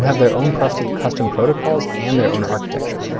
have their own custom custom protocols and their own architecture.